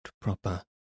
proper